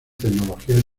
tecnologías